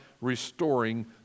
restoring